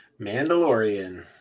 Mandalorian